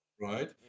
right